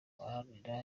uharanira